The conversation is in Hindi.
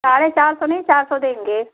साढ़े चार सौ नहीं चार सौ देंगे